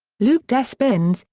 luc despins,